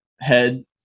head